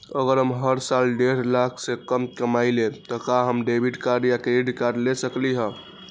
अगर हम हर साल डेढ़ लाख से कम कमावईले त का हम डेबिट कार्ड या क्रेडिट कार्ड ले सकली ह?